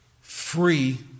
free